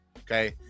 Okay